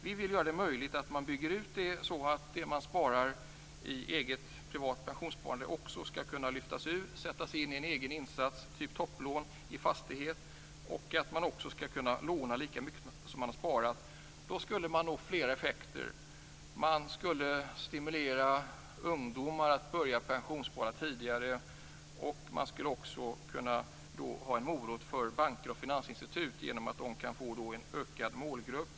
Vi vill göra det möjligt att bygga ut det, så att det människor sparar i ett eget, privat pensionssparande också skall kunna sättas in i egen insats, typ topplån, i fastighet och att de skall kunna låna lika mycket som de har sparat. Då skulle man nå flera effekter. Man skulle stimulera ungdomar att börja pensionsspara tidigare, och man skulle också kunna ha en morot för banker och finansinstitut, genom att de kan få en större målgrupp.